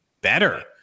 better